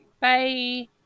bye